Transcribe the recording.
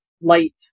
light